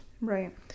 right